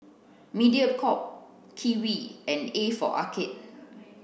Mediacorp Kiwi and A for Arcade